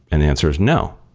and answer is no.